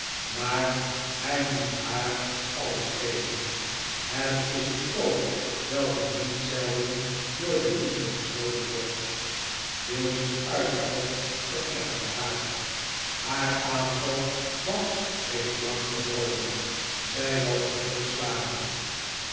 maar hij moest haar alles geven het is een koop welke niet zelden door de liefde gesloten wordt williams uitval verpletterde haar haar aanval was reeds lang gebroken zij was terug geslagen